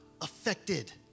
affected